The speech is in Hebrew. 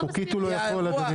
חוקית הוא לא יכול.